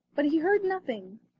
but he heard nothing.